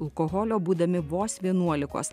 alkoholio būdami vos vienuolikos